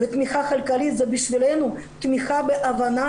ותמיכה כלכלית זה בשבילנו תמיכה בהבנה